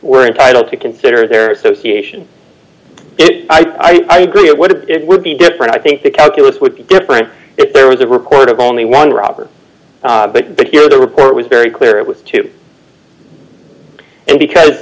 were entitled to consider their association i gree it would it would be different i think the calculus would be different if there was a report of only one robbery but but here the report was very clear it with two and because